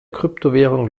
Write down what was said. kryptowährung